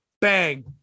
bang